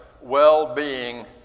well-being